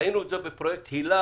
ראינו את זה בפרויקט הילה,